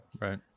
Right